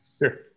Sure